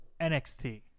NXT